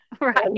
Right